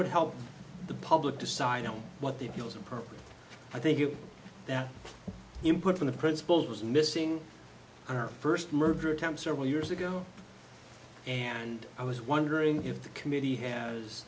would help the public decide on what they feel is appropriate i think if that input from the principals was missing our first murder attempts are well years ago and i was wondering if the committee has